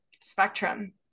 spectrum